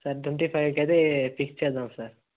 sir twenty ఫైవ్కి అయితే fix చేద్దాం సార్